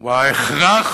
הוא ההכרח